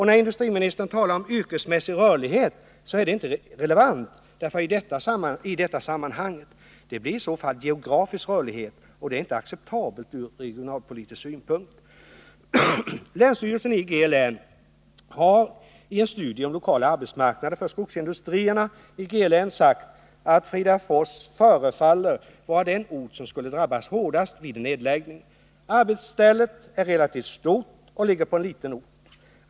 När industriministern talar om yrkesmässig rörlighet så är det inte relevant i detta sammanhang. Det blir i så fall geografisk rörlighet, och det är inte acceptabelt ur regionalpolitisk synpunkt. Länsstyrelsen i G län har i en studie om lokala arbetsmarknader för skogsindustriorterna i G län sagt att Fridafors förefaller ”vara den ort som skulle drabbas hårdast vid en nedläggning. Arbetsstället är relativt stort och ligger på en liten ort.